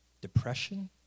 depression